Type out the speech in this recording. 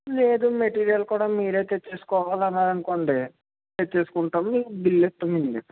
లేదు మెటీరియల్ కూడా మీరే తెచ్చేసుకోవాలి అన్నారనుకోండి తెచ్చేసుకుంటాం మీకు బిల్లు ఇస్తామండీ